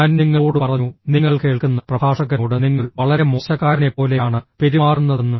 ഞാൻ നിങ്ങളോട് പറഞ്ഞു നിങ്ങൾ കേൾക്കുന്ന പ്രഭാഷകനോട് നിങ്ങൾ വളരെ മോശക്കാരനെപ്പോലെയാണ് പെരുമാറുന്നതെന്ന്